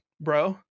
bro